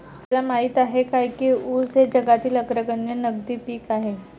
आपल्याला माहित आहे काय की ऊस हे जगातील अग्रगण्य नगदी पीक आहे?